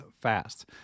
fast